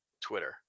Twitter